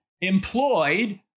employed